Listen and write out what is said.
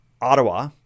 Ottawa